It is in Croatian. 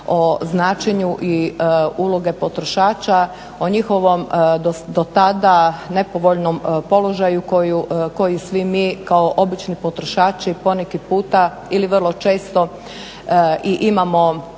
o značenju i uloge potrošača o njihovom dotada nepovoljnom položaju koji svi mi kao obični potrošači poneki puta ili vrlo često i imamo